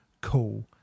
cool